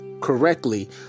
correctly